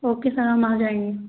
okay sir हम आ जाएँगे